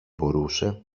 μπορούσε